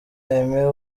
aime